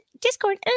discord